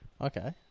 Okay